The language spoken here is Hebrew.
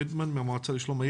כמו שאתם רואים,